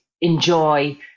enjoy